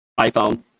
iPhone